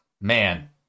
Man